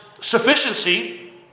sufficiency